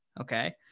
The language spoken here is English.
Okay